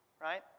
right